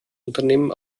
unternehmen